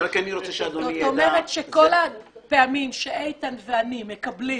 יש --- זאת אומרת שכל הפעמים שאיתן ואני מקבלים